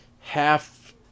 half